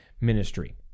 ministry